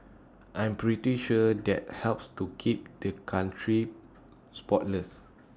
I'm pretty sure that helps to keep the country spotless